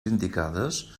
indicades